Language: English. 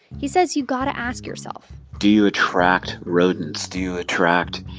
he says you've got to ask yourself. do you attract rodents? do you attract